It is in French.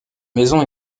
maison